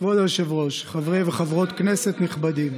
כבוד היושב-ראש, חברי וחברות הכנסת הנכבדים,